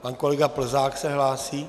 Pan kolega Plzák se hlásí.